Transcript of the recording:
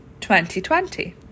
2020